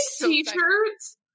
t-shirts